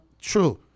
true